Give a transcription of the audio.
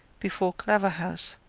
before claverhouse,